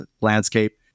landscape